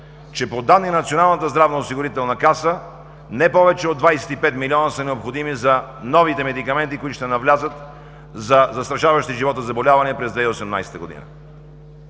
че по данни на Националната здравноосигурителна каса не повече от 25 милиона са необходими за новите медикаменти, които ще навлязат за застрашаващи живота заболявания през 2018 г.